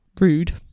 Rude